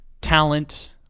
talent